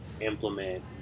implement